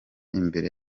imbere